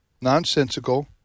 nonsensical